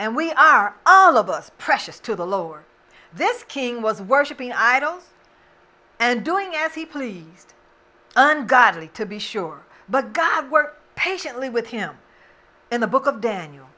and we are all of us precious to the lower this king was worshipping idols and doing as he pleased and godly to be sure but god were patiently with him in the book of daniel